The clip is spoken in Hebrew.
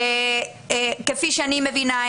וכפי שאני מבינה,